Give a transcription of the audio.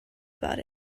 about